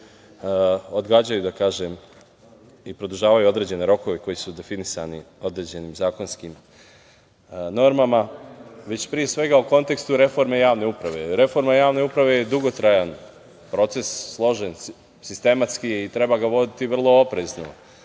odgađaju, da kažem, i produžvaju određene rokove koji su definisani određenim zakonskim normama, već pre svega u reforme javne uprave. Reforma javne uprave je dugotrajan proces, složen, sistematski i treba ga voditi vrlo oprezno,